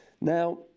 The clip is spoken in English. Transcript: now